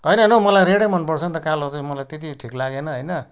होइन होइन हौ मलाई रेडै मन पर्छ नि त कालो चाहिँ मलाई त्यति ठिक लागेन होइन